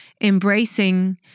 embracing